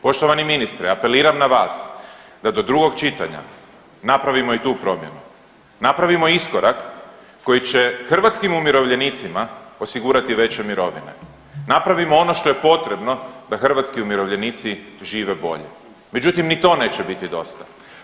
Poštovani ministre, apeliram na vas da do drugog čitanja napravimo i tu promjenu, napravimo iskorak koji će hrvatskim umirovljenicima osigurati veće mirovine, napravimo ono što je potrebno da hrvatski umirovljenici žive bolje, međutim ni to neće biti dosta.